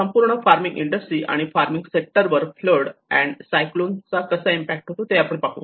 संपूर्ण farming industry आणि farming sector वर फ्लड अँड साइक्लोन चा कसा इम्पॅक्ट होतो ते आपण पाहू